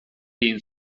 egin